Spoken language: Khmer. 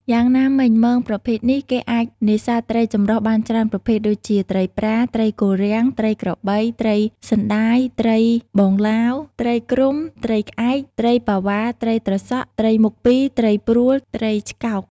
យ៉ាងណាមិញ មងប្រភេទនេះ គេអាចនេសាទត្រីចម្រុះបានច្រើនប្រភេទ ដូចជា ត្រីប្រា ត្រីគល់រាំង ត្រីក្របី ត្រីសណ្តាយត្រីបងឡាវ ត្រីគ្រុំ ត្រីក្អែក ត្រីប៉ាវ៉ាត្រីត្រសក់ ត្រីមុខពីរ ត្រីព្រួល ត្រីឆ្កោក ។